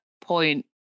point